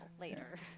later